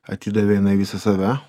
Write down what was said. atidavė jinai visą save